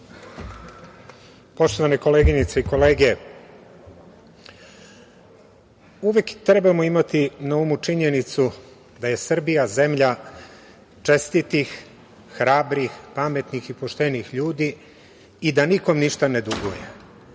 Poštovane koleginice i kolege, uvek treba imati na umu činjenicu da je Srbija zemlja čestitih, hrabrih, pametnih i poštenih ljudi i da nikom ništa ne duguje.